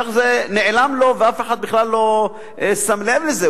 כך זה נעלם לו ואף אחד בכלל לא שם לב לזה.